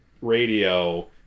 radio